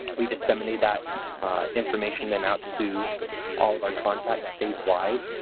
we disseminated that information then out to all of our contacts statewide.